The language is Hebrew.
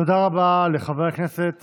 תודה רבה לחבר הכנסת